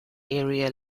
area